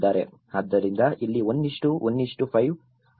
ಆದ್ದರಿಂದ ಇಲ್ಲಿ 1 1 5 ಅಥವಾ ಸಿಮೆಂಟ್ ಜಿಪ್ಸಮ್ ಮರಳು ಆಗಿದೆ